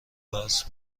وصل